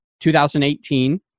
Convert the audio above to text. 2018